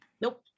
Nope